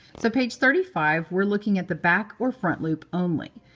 so page thirty five. we're looking at the back or front loop only.